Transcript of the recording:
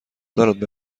دارد